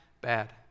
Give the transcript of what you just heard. bad